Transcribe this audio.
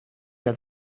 that